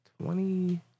twenty